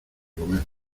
comer